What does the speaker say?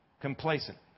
complacent